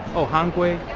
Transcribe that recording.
oh, hangzhou